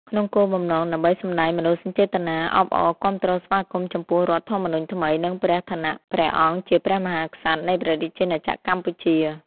ក្នុងគោលបំណង ដើម្បីសម្តែងមនោសញ្ចេតនាអបអរគាំទ្រស្វាគមន៍ ចំពោះរដ្ឋធម្មនុញ្ញថ្មី និងព្រះឋានៈព្រះអង្គជា ព្រះមហាក្សត្រ នៃព្រះរាជាណាចក្រកម្ពុជា ។